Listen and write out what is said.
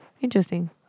Interesting